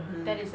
ugh